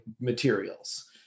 materials